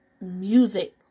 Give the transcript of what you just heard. music